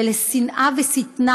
ולשנאה ושטנה,